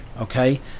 okay